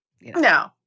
No